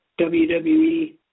WWE